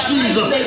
Jesus